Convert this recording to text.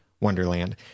Wonderland